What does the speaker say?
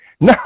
No